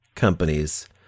companies